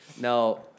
No